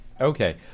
Okay